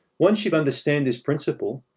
once you understand this principle,